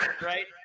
right